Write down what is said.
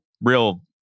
real